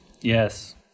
Yes